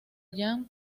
yan